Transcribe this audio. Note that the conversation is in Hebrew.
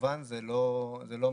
כמובן זה לא מצדיק.